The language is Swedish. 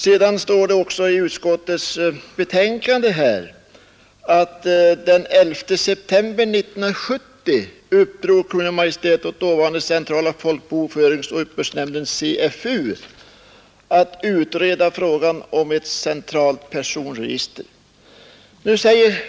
Det står också i utskottets betänkande att Kungl. Maj:t den 11 september 1970 uppdrog åt dåvarande centrala folkbokföringsoch uppbördsnämnden att utreda frågan om ett centralt personregister. Det är det nya.